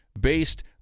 based